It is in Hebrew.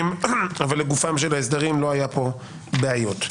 אבל לגופם של ההסדרים לא היו פה בעיות.